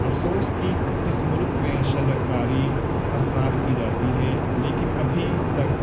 افسوس کہ اس ملک میں شجرکاری ہر سال کی جاتی ہے لیکن ابھی تک